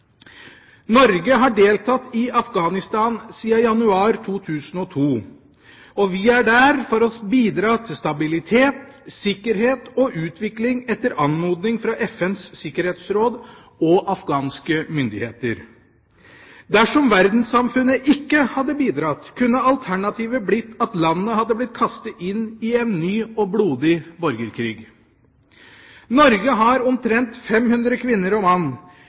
Norge har deltatt i Afghanistan siden januar 2002, og vi er der for å bidra til stabilitet, sikkerhet og utvikling etter anmodning fra FNs sikkerhetsråd og afghanske myndigheter. Dersom verdenssamfunnet ikke hadde bidratt, kunne alternativet blitt at landet hadde blitt kastet ut i en ny og blodig borgerkrig. Norge har omtrent 500 kvinner og